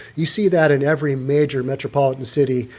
you see that in every major metropolitan city,